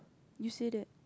you say that